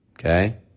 Okay